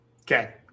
Okay